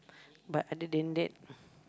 but other than that